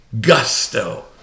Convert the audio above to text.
gusto